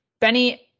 Benny